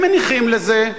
הם מניחים לזה.